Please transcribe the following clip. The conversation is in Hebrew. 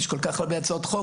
יש כל כך הרבה הצעות חוק,